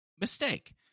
Mistake